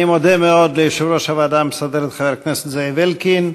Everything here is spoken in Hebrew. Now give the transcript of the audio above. אני מודה מאוד ליושב-ראש הוועדה המסדרת חבר הכנסת זאב אלקין.